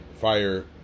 fire